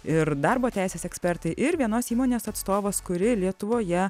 ir darbo teisės ekspertai ir vienos įmonės atstovas kuri lietuvoje